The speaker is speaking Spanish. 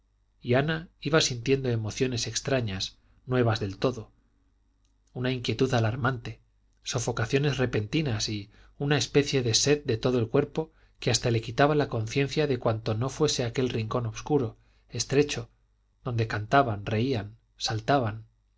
y ana iba sintiendo emociones extrañas nuevas del todo una inquietud alarmante sofocaciones repentinas y una especie de sed de todo el cuerpo que hasta le quitaba la conciencia de cuanto no fuese aquel rincón obscuro estrecho donde cantaban reían saltaban